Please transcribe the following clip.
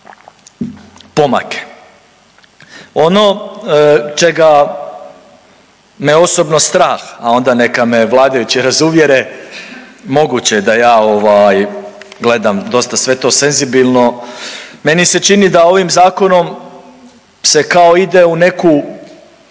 pomake. Ono čega me osobno strah, a onda neka me vladajući razuvjere, moguće da ja gledam dosta sve to senzibilno, meni se čini da ovim zakonom se kao ide u neku